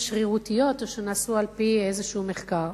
שרירותיות או שהן נעשו על-פי איזשהו מחקר.